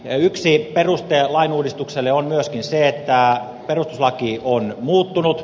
yksi peruste lainuudistukselle on myöskin se että perustuslaki on muuttunut